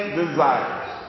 desires